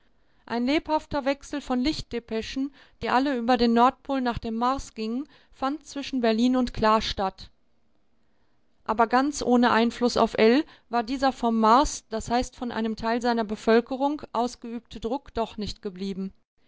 ein lebhafter wechsel von lichtdepeschen die alle über den nordpol nach dem mars gingen fand zwischen berlin und kla statt aber ganz ohne einfluß auf ell war dieser vom mars das heißt von einem teil seiner bevölkerung ausgeübte druck doch nicht geblieben